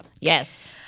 Yes